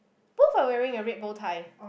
both are wearing a red bow tie